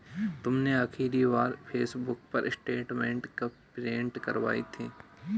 तुमने आखिरी बार पासबुक स्टेटमेंट कब प्रिन्ट करवाई थी?